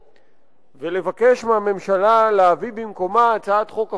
ולבקש מהממשלה להביא במקומה הצעת חוק הפוכה,